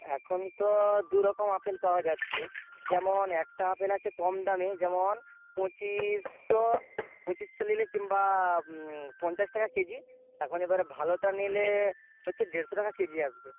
এখন তো দু রকম আপেল পাওয়া যাচ্ছে যেমন একটা আপেল আছে কম দামি যেমন পঁচিশশো পঁচিশশো নিলে কিম্বা পঞ্চাশ টাকা কেজি এখন এবারে ভালোটা নিলে হচ্ছে দেড়শো টাকা কেজি আসবে